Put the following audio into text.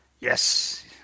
Yes